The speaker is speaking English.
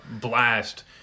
blast